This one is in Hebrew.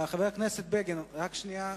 חבר הכנסת בגין, רק שנייה.